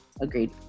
Agreed